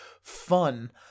fun